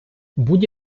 будь